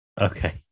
Okay